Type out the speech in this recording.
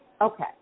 okay